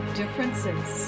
differences